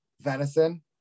venison